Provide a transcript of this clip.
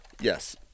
Yes